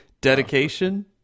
Dedication